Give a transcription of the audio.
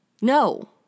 no